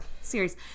serious